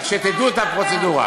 רק שתדעו את הפרוצדורה.